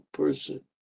person